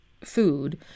food